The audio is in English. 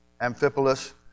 Amphipolis